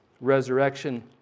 resurrection